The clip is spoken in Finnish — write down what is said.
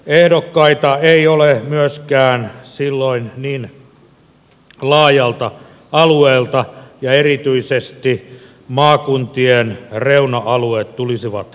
ehdokkaita ei ole myöskään silloin niin laajalta alueelta ja erityisesti maakuntien reuna alueet tulisivat kärsimään